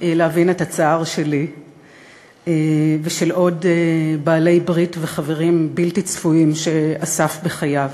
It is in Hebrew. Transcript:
להבין את הצער שלי ושל עוד בעלי-ברית וחברים בלתי צפויים שאסף בחייו,